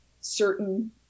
certain